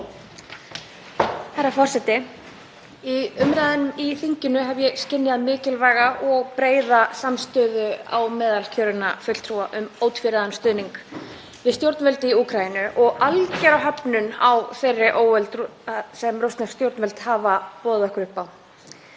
Herra forseti. Í umræðum í þinginu hef ég skynjað mikilvæga og breiða samstöðu á meðal kjörinna fulltrúa um ótvíræðan stuðning við stjórnvöld í Úkraínu og algjöra höfnun á þeirri óöld sem rússnesk stjórnvöld hafa boðið okkur upp á.